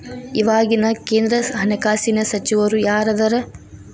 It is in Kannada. ಇವಾಗಿನ ಕೇಂದ್ರ ಹಣಕಾಸಿನ ಸಚಿವರು ಯಾರದರ